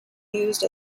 used